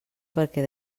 perquè